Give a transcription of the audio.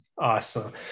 Awesome